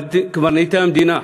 קברניטי המדינה,